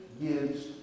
gives